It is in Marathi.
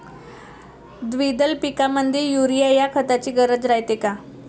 द्विदल पिकामंदी युरीया या खताची गरज रायते का?